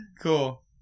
cool